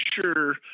sure